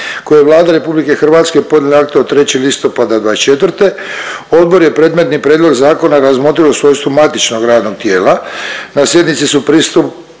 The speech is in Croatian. koje je Vlada RH podnijela aktom od 3. listopada '24. Odbor je predmetni prijedlog zakona razmotrio u svojstvu matičnog radnog tijela. Na sjednici su pristup…